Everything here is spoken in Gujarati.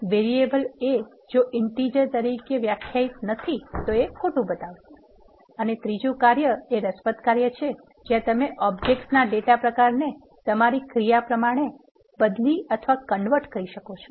વેરીએબલ a જો ઇન્ટીજર તરીકે વ્યાખ્યાયિત નથી તો આ ખોટું બતાવશે અને ત્રીજું કાર્ય એ રસપ્રદ કાર્ય છે જ્યાં તમે ઓબજેક્ટ ના ડેટા પ્રકાર ને તમારી ક્રિયા પ્રમાણે તેને બદલી અથવા કન્વર્ટ કરી શકો છો